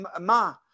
Ma